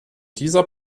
dieser